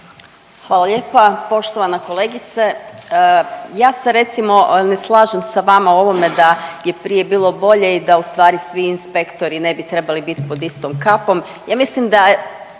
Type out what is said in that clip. Hvala lijepa. Poštovana kolegice, ja se recimo ne slažem sa vama o ovome da je prije bilo bolje i da ustvari svi inspektori ne bi trebali biti pod istom kapom.